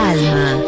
Alma